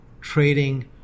trading